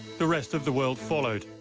the rest of the world followed.